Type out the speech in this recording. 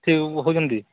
ଠିକ୍ ହେଉଛନ୍ତି